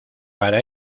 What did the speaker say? para